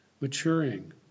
maturing